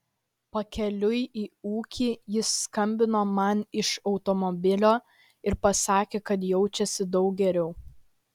pakeliui į ūkį jis skambino man iš automobilio ir pasakė kad jaučiasi daug geriau